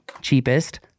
cheapest